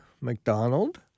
McDonald